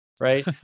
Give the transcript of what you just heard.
Right